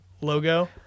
logo